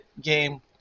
game